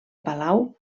palau